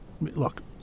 look